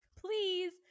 please